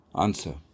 Answer